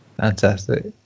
Fantastic